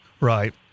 Right